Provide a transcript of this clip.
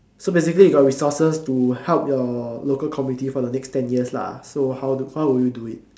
so basically you got resources to help your local community for the next ten years lah so how do what would you do it